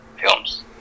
films